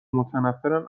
متنفرن